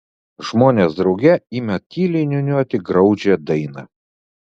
žmonės drauge ima tyliai niūniuoti graudžią dainą